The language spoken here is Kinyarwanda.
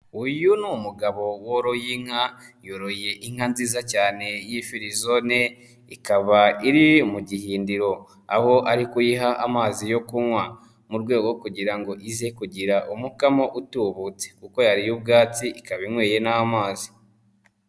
Uyu ni umugabo woroye inka, yoroye inka nziza cyane y'ifirizone, ikaba iri mu gihindiro, aho ari kuyiha amazi yo kunywa, mu rwego kugira ngo ize kugira umukamo utubutse kuko yariye ubwatsi, ikaba inyweye n'amazi.